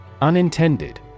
Unintended